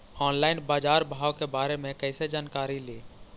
Online बाजार भाव के बारे मे कैसे जानकारी ली?